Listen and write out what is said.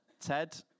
Ted